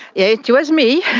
it was me,